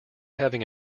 having